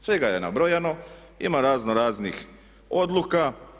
Svega je nabrojano, ima raznoraznih odluka.